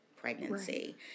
pregnancy